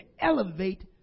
elevate